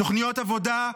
תוכניות עבודה,